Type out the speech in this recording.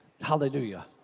Hallelujah